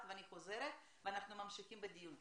אני עושה הפסקה של שתי דקות ואנחנו ממשיכים בדיון.